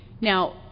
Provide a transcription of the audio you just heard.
Now